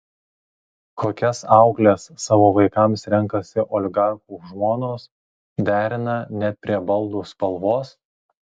kokias aukles savo vaikams renkasi oligarchų žmonos derina net prie baldų spalvos